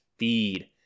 feed